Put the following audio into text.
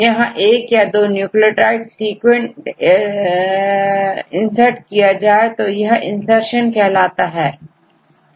यदि एक या दो न्यूक्लियोटाइड सीक्वेंट इंसर्ट किए जाएं तो यहinsertion कहलाता है